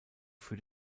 für